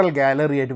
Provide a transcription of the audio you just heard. gallery